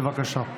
בבקשה.